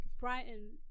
Brighton